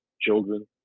children